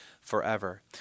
forever